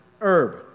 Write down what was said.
herb